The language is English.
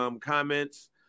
comments